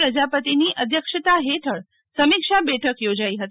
પ્રજાપતિની અધ્યક્ષતા હેઠળ સમીક્ષા બેઠક ચોજાઇ હતી